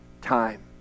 time